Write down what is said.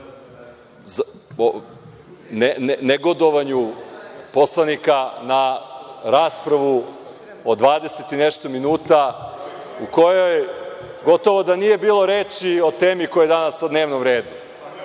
negodovanju poslanika na raspravu od dvadeset i nešto minuta u kojoj gotovo da nije bilo reči o temi koja je danas na dnevnom redu,